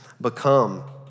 become